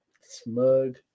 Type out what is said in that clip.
smug